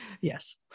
Yes